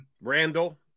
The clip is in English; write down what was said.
Randall